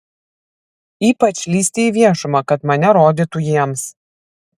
ypač lįsti į viešumą kad mane rodytų jiems